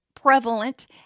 Prevalent